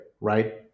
right